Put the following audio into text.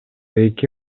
эки